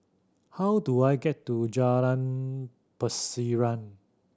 how do I get to Jalan Pasiran